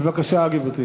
בבקשה, גברתי.